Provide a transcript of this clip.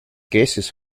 cases